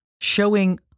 showing